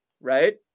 right